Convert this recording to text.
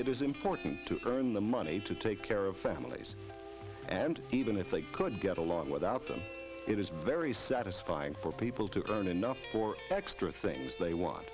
it is important to earn the money to take care of families and even if they could get along without them it is very satisfying for people to earn enough for extra things they want